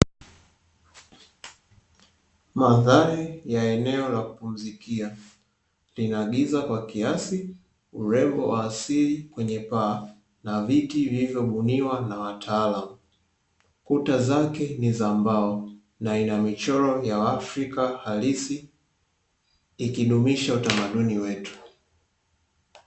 Mandhari ya eneo la kupumzikia lina giza kwa kiasi, urembo wa asili kwenye paa na viti vilivyobuniwa na wataalamu. Kuta zake ni za mbao na ina michoro ya waafrika halisi ikidumisha utamaduni wetu.